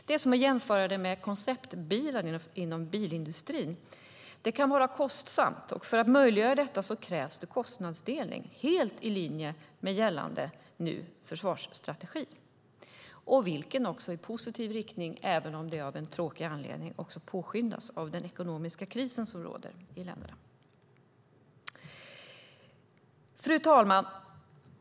Man kan jämföra det med konceptbilar inom bilindustrin. Det kan vara kostsamt, och för att möjliggöra det hela krävs kostnadsdelning - helt i linje med nu gällande försvarsstrategi. Detta påskyndas också i positiv riktning, även om det är av en tråkig anledning, av den ekonomiska kris som råder. Fru talman!